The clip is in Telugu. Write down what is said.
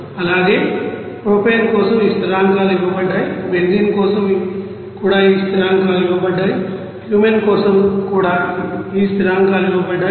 అలాగే ప్రొపేన్ కోసం ఈ స్థిరాంకాలు ఇవ్వబడ్డాయి బెంజీన్ కోసం కూడా ఆ స్థిరాంకాలు ఇవ్వబడ్డాయి కూమెన్ కోసం కూడా ఆ స్థిరాంకాలు ఇవ్వబడ్డాయి